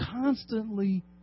constantly